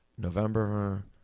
November